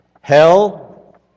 hell